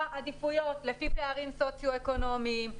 עדיפויות לפי פערים סוציו-אקונומיים,